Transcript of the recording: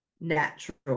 natural